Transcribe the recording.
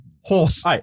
horse